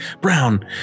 brown